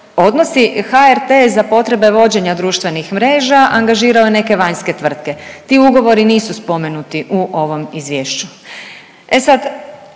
odnosi, HRT je za potrebe vođenja društvenih mreža angažirao i neke vanjske tvrtke, ti ugovori nisu spomenuti u ovom izvješću.